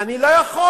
אני לא יכול,